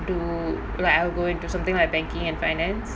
do like I'll go into something like banking and finance